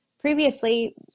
previously